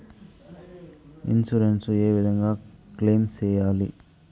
Insurance ఏ విధంగా claim సేయాలి?